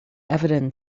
evident